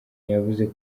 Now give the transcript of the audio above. yavuze